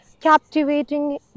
captivating